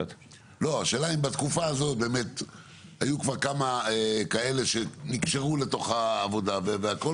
השאלה אם בתקופה הזאת היו כבר כמה כאלה שנקשרו לעבודה והיום